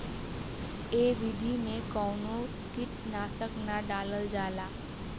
ए विधि में कवनो कीट नाशक ना डालल जाला